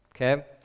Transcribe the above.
okay